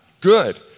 good